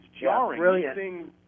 jarring